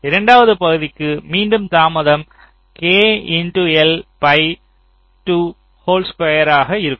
இரண்டாவது பகுதிக்கு மீண்டும் தாமதம் K x L by 2 whole ஸ்குயராக இருக்கும்